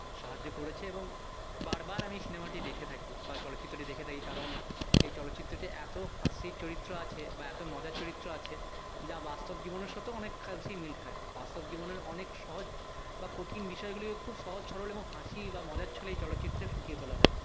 সাহায্য করেছে এবং বারবার আমি সিনেমাটি দেখে থাকি বা চলচ্চিত্রটি দেখে থাকি কারণ এই চলচ্চিত্রটি এত হাসির চরিত্র আছে বা এত মজার চরিত্র আছে যা বাস্তব জীবনের সাথেও অনেক মিল খায় বাস্তব জীবনের অনেক সহজ বা কঠিন বিষয়গুলিও খুব সহজ সরল এবং হাসি বা মজার ছলে এই চলচ্চিত্রে ফুটিয়ে তোলা হয়েছে